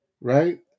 right